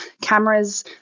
cameras